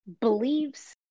believes